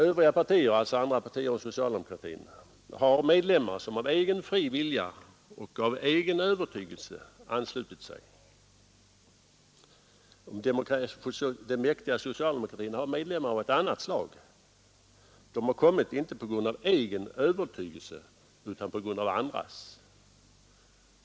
Övriga partier, alltså andra partier än det socialdemokratiska, har medlemmar som av egen fri vilja och av egen övertygelse ansluter sig. Den mäktiga socialdemokratin har medlemmar av ett annat slag; de har kommit inte på grund av egen övertygelse utan på grund av andras.